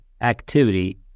activity